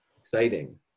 exciting